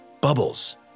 bubbles